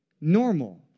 normal